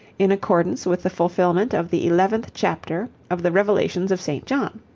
in accordance with the fulfilment of the eleventh chapter of the revelations of st. john.